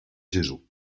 gesù